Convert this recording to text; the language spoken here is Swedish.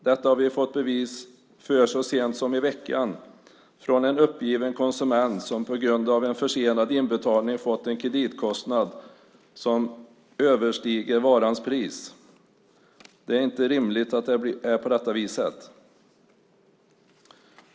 Detta har vi fått bevis för så sent som i veckan från en uppgiven konsument som på grund av en försenad inbetalning fått en kreditkostnad som överstiger varans pris. Det är inte rimligt att det blir på detta viset!